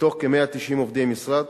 מתוך כ-190 עובדי המשרד.